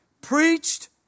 preached